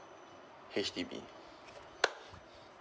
H_D_B